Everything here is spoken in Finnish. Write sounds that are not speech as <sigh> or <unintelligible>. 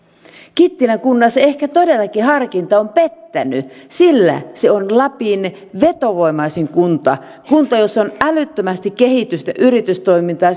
kittilän kunnassa ehkä todellakin harkinta on pettänyt sillä se on lapin vetovoimaisin kunta kunta jossa on älyttömästi kehitystä yritystoimintaa <unintelligible>